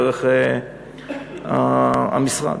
דרך המשרד.